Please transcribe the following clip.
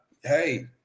hey